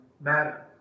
matter